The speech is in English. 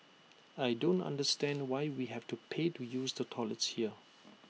I don't understand why we have to pay to use the toilets here